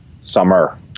Summer